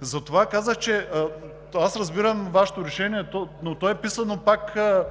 Затова казах, че аз разбирам Вашето решение, но то е писано много